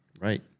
Right